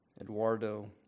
Eduardo